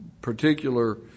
particular